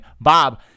bob